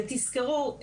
תזכרו,